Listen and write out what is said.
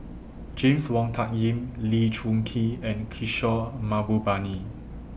James Wong Tuck Yim Lee Choon Kee and Kishore Mahbubani